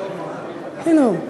הנה הוא.